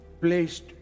placed